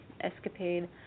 escapade